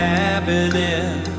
happening